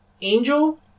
Angel